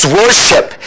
worship